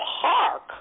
park